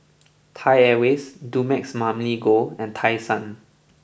Thai Airways Dumex Mamil Gold and Tai Sun